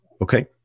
Okay